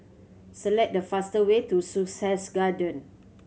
select the fast way to Sussex Garden